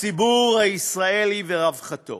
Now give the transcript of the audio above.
הציבור הישראלי ורווחתו.